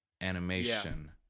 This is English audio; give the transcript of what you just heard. animation